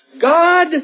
God